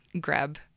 grab